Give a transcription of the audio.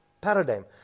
paradigm